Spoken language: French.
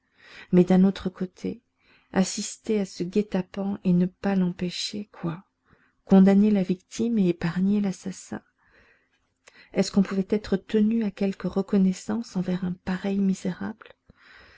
mais d'un autre côté assister à ce guet-apens et ne pas l'empêcher quoi condamner la victime et épargner l'assassin est-ce qu'on pouvait être tenu à quelque reconnaissance envers un pareil misérable